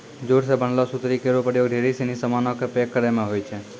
jute सें बनलो सुतरी केरो प्रयोग ढेरी सिनी सामानो क पैक करय म होय छै